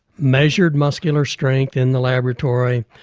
measured muscular strength in the laboratory,